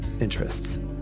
interests